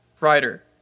writer